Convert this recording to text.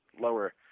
lower